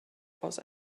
aus